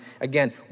again